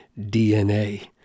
DNA